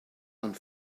and